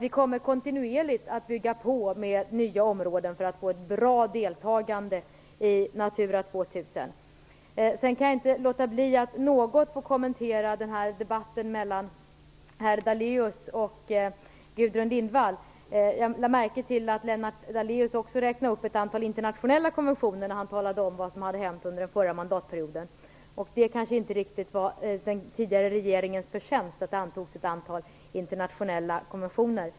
Vi kommer kontinuerligt att bygga på med nya områden för att få ett bra deltagande i Natura 2000. Jag kan inte låta bli att något kommentera debatten mellan Lennart Daléus och Gudrun Lindvall. Jag lade märke till att Lennart Daléus också räknade upp ett antal internationella konventioner när han talade om vad som hade hänt under den förra mandatperioden. Det var kanske inte riktigt den tidigare regeringens förtjänst att det antogs ett antal internationella konventioner.